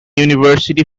university